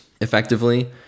effectively